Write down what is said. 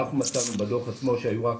אנחנו מצאנו בדוח עצמו שהיו רק